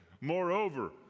Moreover